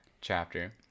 chapter